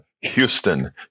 Houston